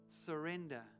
surrender